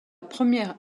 première